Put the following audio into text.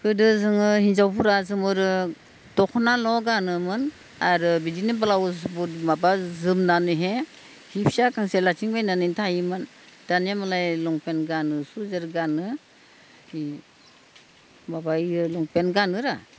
गोदो जोङो हिनजावफोरा जों आरो दखनाल' गानोमोन आरो बिदिनो ब्लाउस माबा जोमनानैहै हि फिसा गांसे लाबथिंबायनानैनो थायोमोन दानिया मालाय लंपेन्ट गानो सुजार गानो हि माबायो लंपेन्ट गानो र'